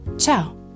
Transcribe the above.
Ciao